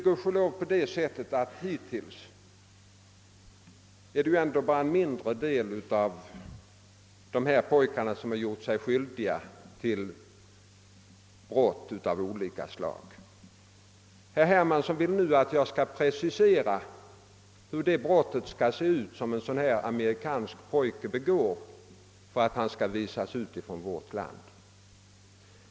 Gudskelov är det hittills ändå bara en mindre del av dessa pojkar som har gjort sig skyldiga till brott av olika slag. Herr Hermansson vill nu att jag skall precisera hur det brott, som en amerikansk pojke begår, skall se ut för att han skall utvisas från vårt land.